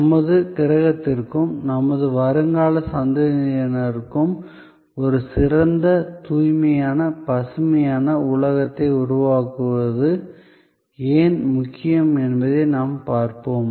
நமது கிரகத்திற்கும் நமது வருங்கால சந்ததியினருக்கும் ஒரு சிறந்த தூய்மையான பசுமையான உலகத்தை உருவாக்குவது ஏன் முக்கியம் என்பதை நாம் பார்ப்போம்